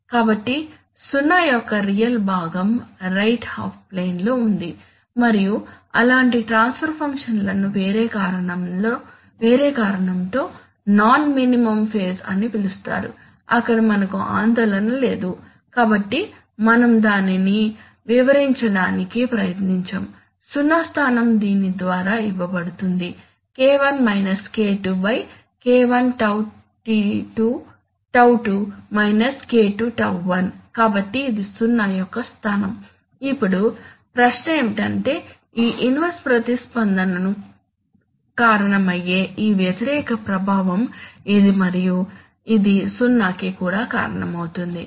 కాబట్టి 0 యొక్క రియల్ భాగం రైట్ హాఫ్ ప్లేన్ లో ఉంది మరియు అలాంటి ట్రాన్స్ఫర్ ఫంక్షన్లను వేరే కారణంతో నాన్ మినిమమ్ ఫేజ్ అని పిలుస్తారు అక్కడ మనకు ఆందోళన లేదు కాబట్టి మనం దానిని వివరించడానికి ప్రయత్నించము సున్నా స్థానం దీని ద్వారా ఇవ్వబడుతుంది K1τ2 K2τ1 కాబట్టి ఇది సున్నా యొక్క స్థానం ఇప్పుడు ప్రశ్న ఏమిటంటే ఈ ఇన్వర్స్ ప్రతిస్పందనకు కారణమయ్యే ఈ వ్యతిరేక ప్రభావం ఇది మరియు ఇది 0 కి కూడా కారణమవుతుంది